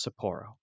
Sapporo